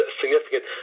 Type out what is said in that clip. significant